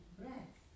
breath